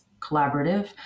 collaborative